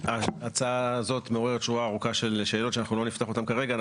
ההצעה הזאת מעוררת שורה ארוכה של שאלות שאנחנו לא נפתח אותן כרגע.